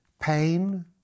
pain